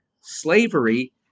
slavery